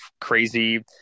crazy